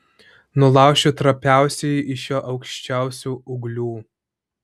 nulaušiu trapiausiąjį iš jo aukščiausių ūglių